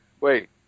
Wait